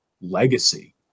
legacy